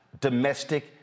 domestic